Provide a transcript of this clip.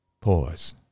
pause